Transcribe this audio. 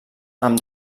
amb